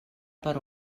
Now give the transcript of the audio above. per